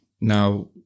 Now